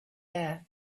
air